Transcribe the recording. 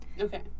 Okay